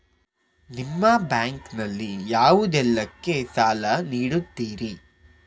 ನಿಮ್ಮ ಬ್ಯಾಂಕ್ ನಲ್ಲಿ ಯಾವುದೇಲ್ಲಕ್ಕೆ ಸಾಲ ನೀಡುತ್ತಿರಿ?